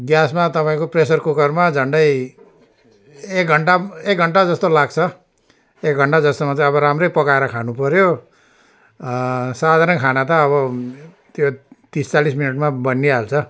ग्यासमा तपाईँको प्रेसर कुकरमा झन्डै एक घन्टा एक घन्टा जस्तो लाग्छ एक घन्टा जस्तोमा चाहिँ अब राम्रै पकाएर खानुपऱ्यो साधारण खाना त अब त्यो तिस चालिस मिनटमा बनिहाल्छ